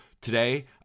Today